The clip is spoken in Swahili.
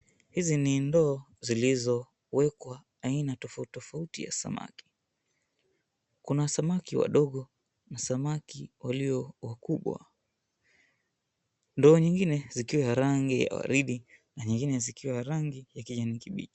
Hizi ni ndoo zilizowekwa aina tofauti tofauti ya samaki. Kuna samaki wadogo na samaki walio wakubwa. Ndoo nyingine zikiwa ya rangi ya waridi na nyingine zikiwa ya rangi ya kijani kibichi.